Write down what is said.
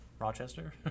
Rochester